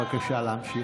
בבקשה להמשיך.